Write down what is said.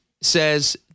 says